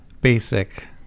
basic